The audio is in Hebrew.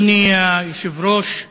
אדוני היושב-ראש,